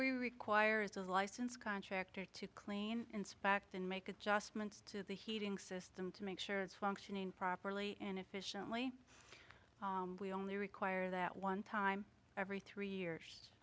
we require is a licensed contractor to clean inspect and make adjustments to the heating system to make sure it's functioning properly and efficiently we only require that one time every three years